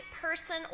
person